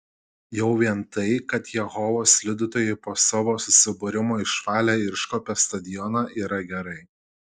jau vien tai kad jehovos liudytojai po savo susibūrimo išvalė ir iškuopė stadioną yra gerai